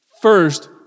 First